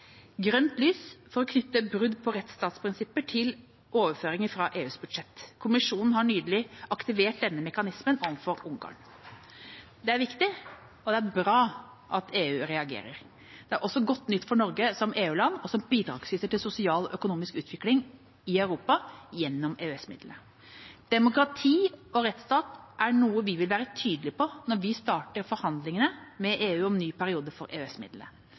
grønt lys for å knytte brudd på rettsstatsprinsipper til overføringer fra EUs budsjett. Kommisjonen har nylig aktivert denne mekanismen overfor Ungarn. Det er viktig og bra at EU reagerer. Det er også godt nytt for Norge som EØS-land og som bidragsyter til sosial og økonomisk utvikling i Europa gjennom EØS-midlene. Demokrati og rettstat er noe vi vil være tydelige på når vi starter forhandlingene med EU om ny periode for